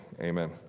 Amen